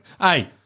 Hey